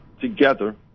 together